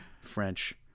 French